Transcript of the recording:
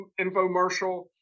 infomercial